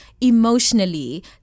emotionally